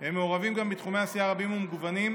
הם מעורבים גם בתחומי עשייה רבים ומגוונים,